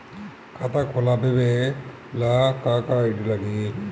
खाता खोलाबे ला का का आइडी लागी?